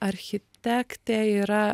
architektė yra